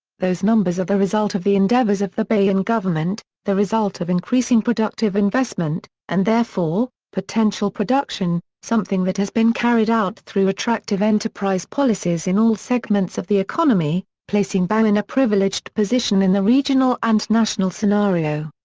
those numbers are the result of the endeavours of the bahian government, the result of increasing productive investment, and therefore, potential production, something that has been carried out through attractive enterprise policies in all segments of the economy, placing bahia in a privileged position in the regional and national scenario.